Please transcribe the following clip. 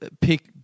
pick